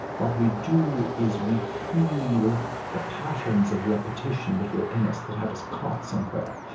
what we do is we heal the patterns of repetition that were in us that had us caught somewhere.